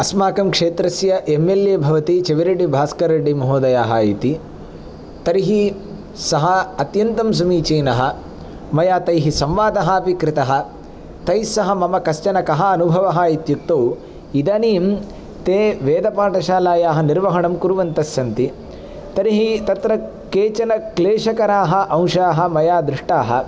अस्माकं क्षेत्रस्य M L A भवति चिवरेड्डी भास्कररेड्डी महोदयः इति तर्हि सः अत्यन्तं समीचीनः मया तैः संवादः अपि कृतः तैस्सह मम कश्चन कः अनुभवः इत्युक्तौ इदानीं ते वेदपाठशालायाः निर्वहणं कुर्वन्तः सन्ति तर्हि तत्र केचन क्लेशकराः अंशाः मया दृष्टाः